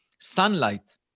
sunlight